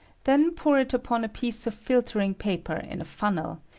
then pour it upon a piece of filtering paper in a fun nel,